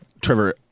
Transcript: Trevor